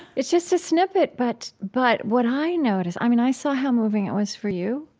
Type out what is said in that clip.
it's just a snippet, but but what i noticed, i mean, i saw how moving it was for you,